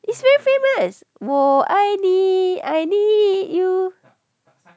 it's very famous 我爱你 I need you